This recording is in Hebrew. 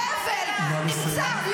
חבל נמצא --- נא לסיים.